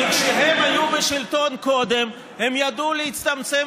כי כשהם היו בשלטון קודם הם ידעו להצטמצם